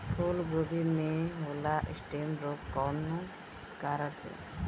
फूलगोभी में होला स्टेम रोग कौना कारण से?